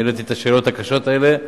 העליתי את השאלות הקשות האלה.